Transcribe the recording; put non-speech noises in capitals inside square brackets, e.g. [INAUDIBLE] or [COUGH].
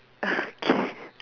[BREATH] okay